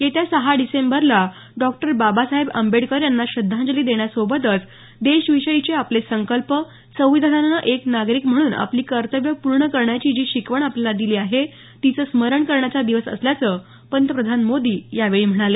येत्या सहा डिसेंबरला डॉ बाबासाहेब आंबेडकर यांना श्रद्धांजली देण्यासोबतच देशाविषयीचे आपले संकल्प संविधानानं एक नागरिक म्हणून आपली कर्तव्यं पूर्ण करण्याची जी शिकवण आपल्याला दिली आहे तिचं स्मरण करण्याचा दिवस असल्याचं पंतप्रधान मोदी यावेळी म्हणाले